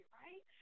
right